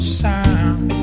sound